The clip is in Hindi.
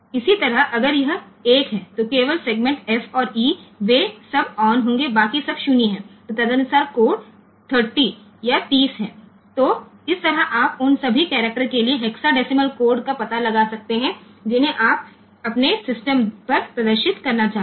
इसी तरह अगर यह 1 है तो केवल सेगमेंट एफ और ई वे सब ऑन होंगे बाकी सब 0 है तो तदनुसार कोड 3 0 है तो इस तरह आप उन सभी करैक्टर के लिए हेक्साडेसिमल कोड का पता लगा सकते हैं जिन्हें आप अपने सिस्टम पर प्रदर्शित करना चाहते हैं